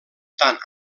tant